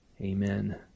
Amen